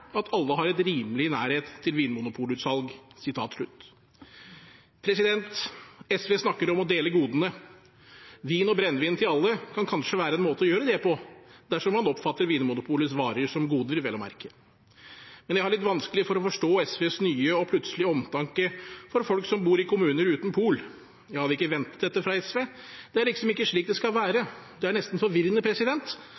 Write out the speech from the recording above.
at alle har en rimelig nærhet til vinmonopolutsalg». SV snakker om å dele godene. Vin og brennevin til alle kan kanskje være en måte å gjøre det på, dersom man oppfatter Vinmonopolets varer som goder, vel å merke. Men jeg har litt vanskelig for å forstå SVs nye og plutselige omtanke for folk som bor i kommuner uten pol. Jeg hadde ikke ventet dette fra SV, det er liksom ikke slik det skal være – det er nesten forvirrende,